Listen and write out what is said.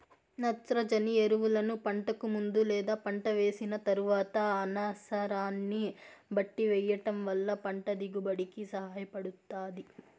నత్రజని ఎరువులను పంటకు ముందు లేదా పంట వేసిన తరువాత అనసరాన్ని బట్టి వెయ్యటం వల్ల పంట దిగుబడి కి సహాయపడుతాది